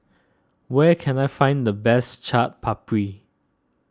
where can I find the best Chaat Papri